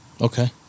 Okay